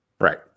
Right